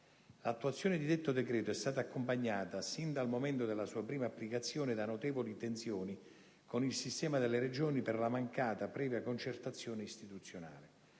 L'attuazione di detto decreto è stata accompagnata, sin dal momento della sua prima applicazione, da notevoli tensioni con il sistema delle Regioni per la mancata previa concertazione istituzionale.